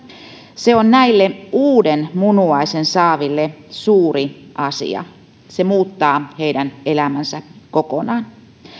se on näille uuden munuaisen saaville suuri asia se muuttaa heidän elämänsä kokonaan